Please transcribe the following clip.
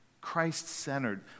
Christ-centered